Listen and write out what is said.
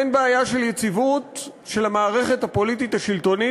אין בעיה של יציבות של המערכת הפוליטית השלטונית,